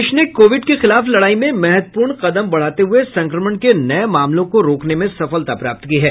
देश ने कोविड के खिलाफ लड़ाई में महत्वपूर्ण कदम बढ़ाते हुए संक्रमण के नए मामलों को रोकने में सफलता प्राप्त की है